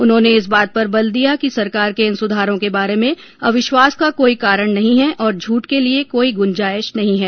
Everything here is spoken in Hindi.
उन्होंने इस बात पर बल दिया कि सरकार के इन सुधारों के बारे में अविश्वास का कोई कारण नहीं है और झूठ के लिए कोई गुंजाइश नहीं है